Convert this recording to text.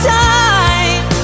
time